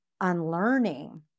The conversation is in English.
unlearning